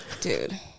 Dude